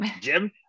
Jim